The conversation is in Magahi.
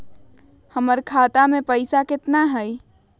हमर खाता मे पैसा केतना है?